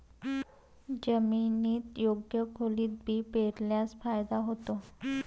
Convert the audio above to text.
जमिनीत योग्य खोलीत बी पेरल्यास फायदा होतो